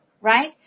right